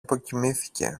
αποκοιμήθηκε